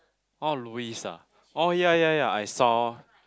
oh Louise ah oh ya ya ya I saw